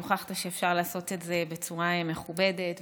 והוכחת שאפשר לעשות את זה בצורה מכובדת ויפה.